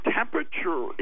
temperature